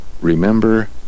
remember